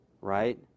right